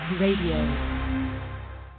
Radio